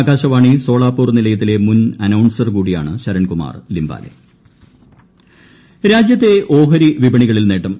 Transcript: ആകാശവാണി സോളാപ്പൂർ നിലയത്തിലെ മുൻ അനൌൺസർ കൂടിയാണ് ശരൺകുമാർ ലിംബാലെ ഓഹരി സ്വർണ്ണം രാജ്യത്തെ ഓഹരി വിപണികളിൽ ്നേട്ടം